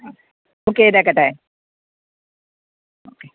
book ചെയ്തേക്കട്ടെ okay